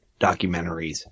documentaries